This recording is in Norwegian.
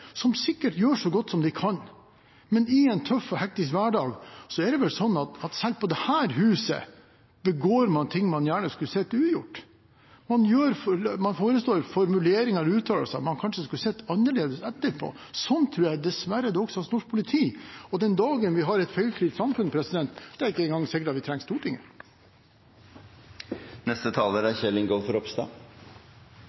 som sikkert gjør så godt de kan, men i en tøff og hektisk hverdag er det vel slik at selv i dette huset gjør man ting man gjerne skulle sett ugjort. Man benytter formuleringer og uttalelser man skulle sett annerledes etterpå. Det tror jeg dessverre også gjelder for politiet. Den dagen vi har et feilfritt samfunn, er det ikke engang sikkert at vi trenger Stortinget. Jeg vil også takke interpellanten for en veldig viktig og god interpellasjon. Jeg synes det er